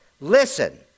listen